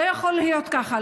לא יכול להיות ככה.